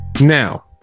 Now